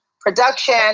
production